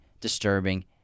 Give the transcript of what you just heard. disturbing